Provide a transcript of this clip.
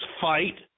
fight